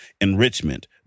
enrichment